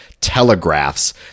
telegraphs